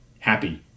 happy